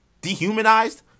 Dehumanized